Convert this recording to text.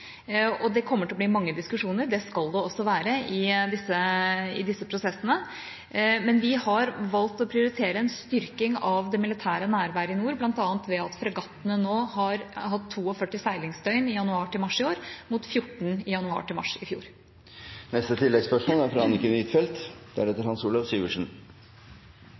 Det kommer til å bli mange diskusjoner. Det skal det også være i disse prosessene, men vi har valgt å prioritere en styrking av det militære nærværet i nord, bl.a. ved at fregattene nå har hatt 42 seilingsdøgn i januar til mars i år, mot 14 i januar til mars i fjor.